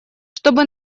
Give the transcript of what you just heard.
чтобы